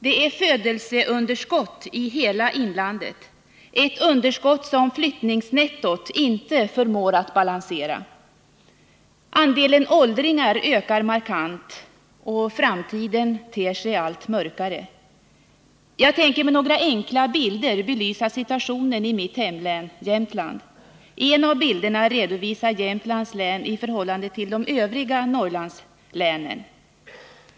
Det är födelseunderskott i hela inlandet, ett underskott som flyttningsnettotinte förmår att balansera. Andelen åldringar ökar markant, och framtiden ter sig allt mörkare. Jag tänker med några enkla bilder på TV-skärmen belysa situationen i mitt hemlän —- Jämtland. En av bilderna redovisar Jämtlands län i förhållande till de övriga Norrlandslänen.